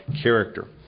character